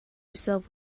yourself